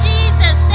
Jesus